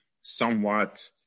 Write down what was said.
somewhat